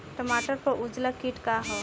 टमाटर पर उजला किट का है?